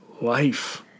life